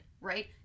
right